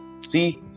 see